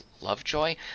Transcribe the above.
Lovejoy